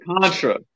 Contra